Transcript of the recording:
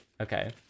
Okay